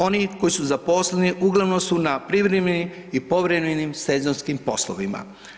Oni koji su zaposleni uglavnom su na privremenim i povremenim sezonskim poslovima.